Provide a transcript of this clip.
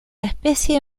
especie